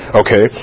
okay